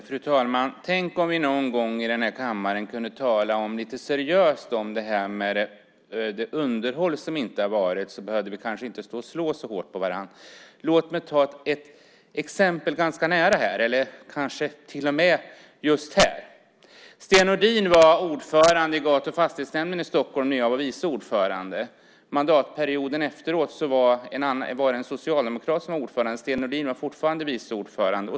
Fru talman! Tänk om vi någon gång i den här kammaren kunde tala lite seriöst om det underhåll som inte har varit. Då skulle vi kanske inte behöva stå och slå så hårt på varandra. Låt mig ta ett exempel som ligger ganska nära till hands just här. Sten Nordin var ordförande i gatu och fastighetsnämnden i Stockholm när jag var vice ordförande. Mandatperioden efter var det en socialdemokrat som var ordförande, och Sten Nordin var vice ordförande.